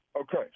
Okay